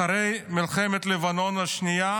אחרי מלחמת לבנון השנייה